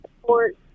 support